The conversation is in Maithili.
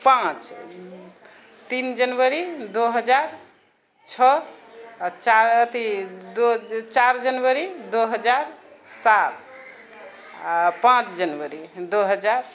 पाँच तीन जनवरी दू हजार छओ आ चा अथि दू चारि जनवरी दू हजार सात आ पाँच जनवरी दू हजार